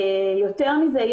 יותר מזה,